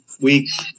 weeks